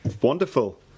Wonderful